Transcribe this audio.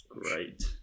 great